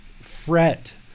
fret